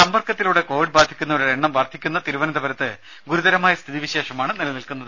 സമ്പർക്കത്തിലൂടെ കോവിഡ് ബാധിക്കുന്നവരുടെ എണ്ണം വർധിക്കുന്ന തിരുവനന്തപുരത്ത് ഗുരുതരമായ സ്ഥിതി വിശേഷമാണ് നിലനിൽക്കുന്നത്